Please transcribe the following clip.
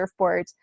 surfboards